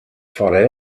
followed